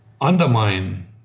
undermine